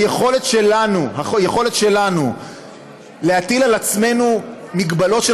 היכולת שלנו להטיל על עצמנו מגבלות של